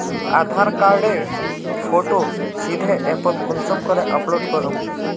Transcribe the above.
आधार कार्डेर फोटो सीधे ऐपोत कुंसम करे अपलोड करूम?